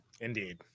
Indeed